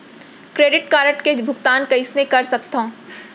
Credit card के भुगतान कईसने कर सकथो?